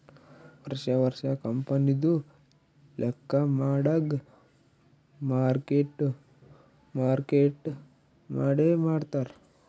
ವರ್ಷಾ ವರ್ಷಾ ಕಂಪನಿದು ಲೆಕ್ಕಾ ಮಾಡಾಗ್ ಮಾರ್ಕ್ ಟು ಮಾರ್ಕೇಟ್ ಮಾಡೆ ಮಾಡ್ತಾರ್